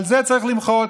על זה צריך למחות.